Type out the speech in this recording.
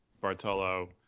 Bartolo